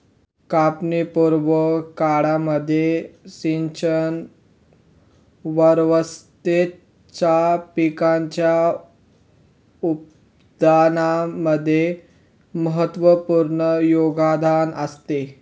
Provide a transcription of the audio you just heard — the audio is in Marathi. कापणी पूर्व काळामध्ये सिंचन वारंवारतेचा पिकाच्या उत्पादनामध्ये महत्त्वपूर्ण योगदान असते